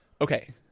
Okay